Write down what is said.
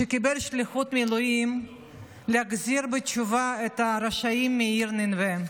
שקיבל שליחות מאלוהים להחזיר בתשובה את הרשעים מהעיר נינווה.